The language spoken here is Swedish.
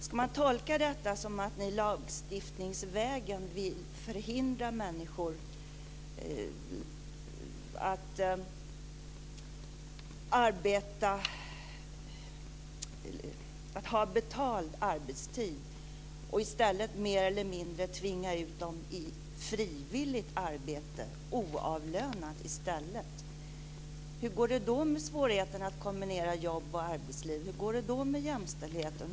Ska man tolka detta som att ni lagstiftningsvägen vill förhindra människor att ha betald arbetstid och i stället mer eller mindre tvinga ut dem i frivilligt oavlönat arbete? Hur går det då med svårigheten att kombinera jobb och arbetsliv? Hur går det då med jämställdheten?